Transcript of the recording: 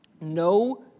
no